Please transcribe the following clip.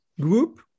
group